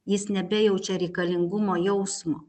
jis nebejaučia reikalingumo jausmo